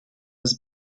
was